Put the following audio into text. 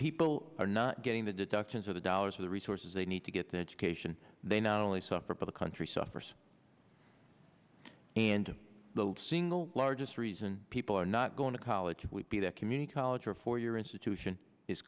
people are not getting the deductions or the dollars or the resources they need to get an education they not only suffer but the country suffers and the single largest reason people are not going to college would be that community college or a four year institution is